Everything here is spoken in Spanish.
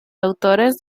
autores